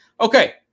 Okay